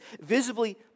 visibly